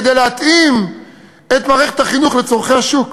כדי להתאים את מערכת החינוך לצורכי השוק.